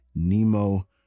Nemo